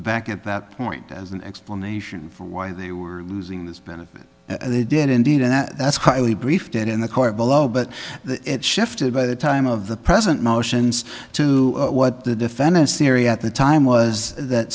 back at that point as an explanation for why they were losing this benefit as they did indeed and that's highly briefed in the court below but it shifted by the time of the present motions to what the defendant siri at the time was that